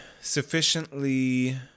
sufficiently